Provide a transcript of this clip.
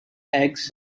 eggs